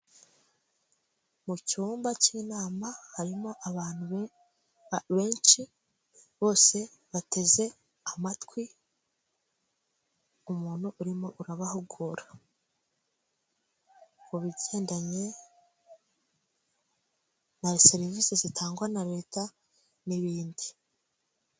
Mu cyumba k'inama harimo abantu benshi bose bateze amatwi, umuntu urimo urabahugura ku bigendanye na serivisi zitangwa na Leta n'ibindi.